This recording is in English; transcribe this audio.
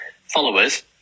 followers